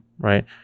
right